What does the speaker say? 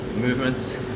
movements